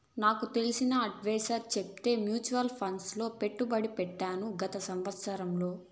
నాకు తెలిసిన అడ్వైసర్ చెప్తే మూచువాల్ ఫండ్ లో పెట్టుబడి పెట్టాను గత సంవత్సరంలో